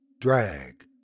drag